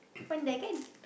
when that guy